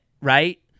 right